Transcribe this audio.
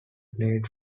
played